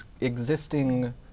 existing